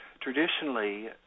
Traditionally